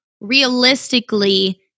realistically